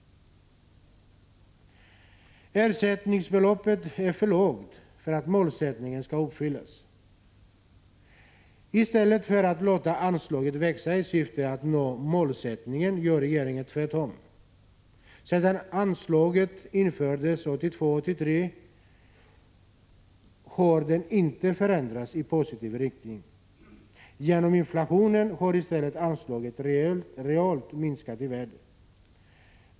Ersättningsbeloppet är för lågt för att målsättningen skall uppfyllas. I Prot. 1985 83 års budget har det inte förändrats i positiv riktning. Genom inflationen har i stället anslaget realt minskat i värde.